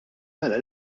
mela